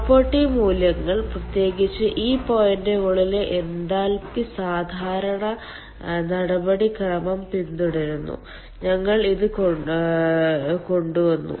property മൂല്യങ്ങൾ പ്രത്യേകിച്ച് ഈ പോയിന്റുകളിലെ എൻതാൽപ്പി സാധാരണ നടപടിക്രമം പിന്തുടരുന്നു ഞങ്ങൾ ഇത് കൊണ്ടുവന്നു